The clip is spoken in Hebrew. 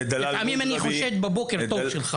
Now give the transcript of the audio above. לפעמים אני חושד בבוקר טוב שלך.